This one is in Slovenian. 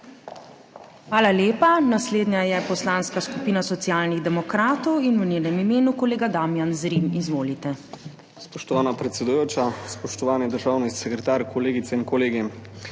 Hvala lepa. Naslednja je Poslanska skupina Socialnih demokratov in v njenem imenu kolega Damijan Zrim. Izvolite. **DAMIJAN ZRIM (PS SD):** Spoštovana predsedujoča, spoštovani državni sekretar, kolegice in kolegi!